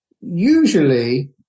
usually